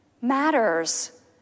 matters